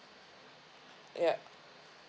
yup